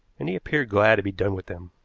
and he appeared glad to be done with them.